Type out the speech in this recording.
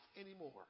anymore